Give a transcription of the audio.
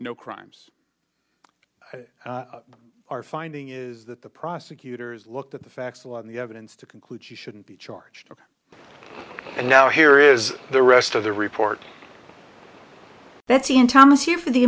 no crimes are finding is that the prosecutors looked at the facts alone the evidence to conclude she shouldn't be charged and now here is the rest of the report that's in thomas here for the